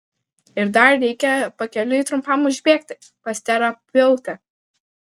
ir dar reikia pakeliui trumpam užbėgti pas terapeutę